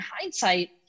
hindsight